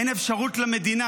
אין אפשרות למדינה,